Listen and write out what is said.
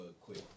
quick